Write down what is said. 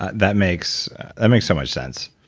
that makes and makes so much sense.